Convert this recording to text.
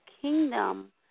kingdom